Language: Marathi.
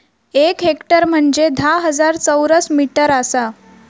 एक हेक्टर म्हंजे धा हजार चौरस मीटर आसा